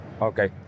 Okay